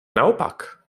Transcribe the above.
naopak